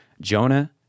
Jonah